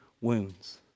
wounds